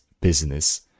business